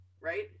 right